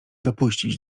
dopuścić